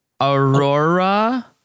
Aurora